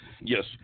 yes